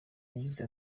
yagize